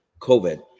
COVID